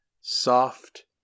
soft